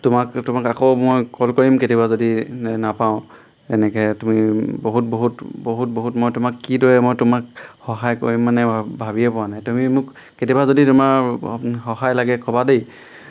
তোমাক তোমাক আকৌ মই কল কৰিম কেতিয়াবা যদি নাপাওঁ এনেকৈ তুমি বহুত বহুত বহুত বহুত মই তোমাক কি দৰে মই তোমাক সহায় কৰিম মানে ভাবিয়ে পোৱা নাই তুমি মোক কেতিয়াবা যদি তোমাৰ সহায় লাগে ক'বা দেই